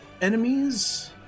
enemies